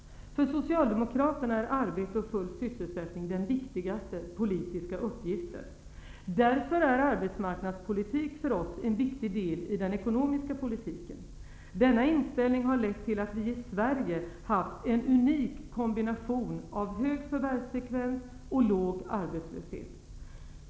För socialdemokraterna är arbete och full sysselsättning den viktigaste politiska uppgiften. Därför är arbetsmarknadspolitiken för oss en viktig del i den ekonomiska politiken. Denna inställning har lett till att vi i Sverige har haft en unik kombination av hög förvärvsfrekvens och låg arbetslöshet.